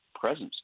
presence